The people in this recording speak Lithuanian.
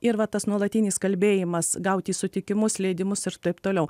ir va tas nuolatinis kalbėjimas gauti sutikimus leidimus ir taip toliau